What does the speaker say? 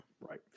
right